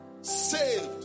saved